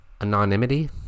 anonymity